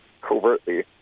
covertly